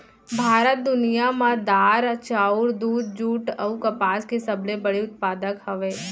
भारत दुनिया मा दार, चाउर, दूध, जुट अऊ कपास के सबसे बड़े उत्पादक हवे